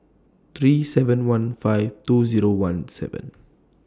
three seven one five two Zero one seven